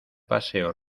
paseo